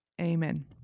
Amen